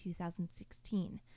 2016